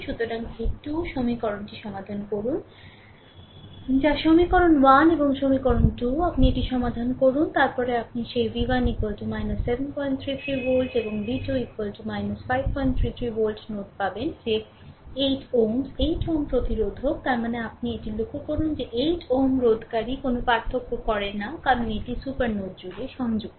সুতরাং এই 2 সমীকরণটি সমাধান করুন যা সমীকরণ 1 এবং সমীকরণ 2 আপনি এটি সমাধান করুন তারপরে আপনি সেই v1 733 ভোল্ট এবং v2 533 ভোল্ট নোট পাবেন যে 8 8 Ω প্রতিরোধক তার মানে আপনি এটি লক্ষ করুন যে 8 Ω রোধকারী কোনও পার্থক্য করে না কারণ এটি সুপার নোড জুড়ে সংযুক্ত